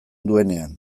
duenean